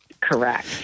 Correct